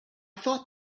thought